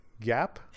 gap